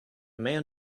man